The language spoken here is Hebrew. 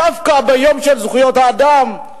דווקא ביום של זכויות האדם: